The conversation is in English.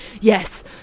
Yes